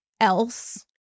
else